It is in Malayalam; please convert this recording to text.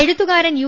എഴുത്തുകാരൻ യു